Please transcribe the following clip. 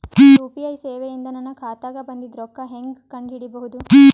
UPI ಸೇವೆ ಇಂದ ನನ್ನ ಖಾತಾಗ ಬಂದಿದ್ದ ರೊಕ್ಕ ಹೆಂಗ್ ಕಂಡ ಹಿಡಿಸಬಹುದು?